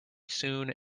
soon